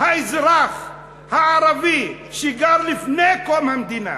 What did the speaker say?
האזרח הערבי שגר לפני קום המדינה,